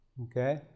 Okay